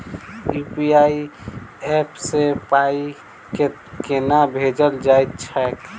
UPI app सँ पाई केना भेजल जाइत छैक?